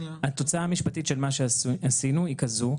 התוצאה המשפטית של מה שעשינו היא כזאת,